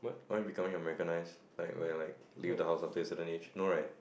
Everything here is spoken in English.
are you becoming Americanize like when like leave the house after a certain age